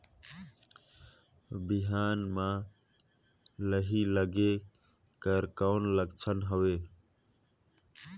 बिहान म लाही लगेक कर कौन लक्षण हवे?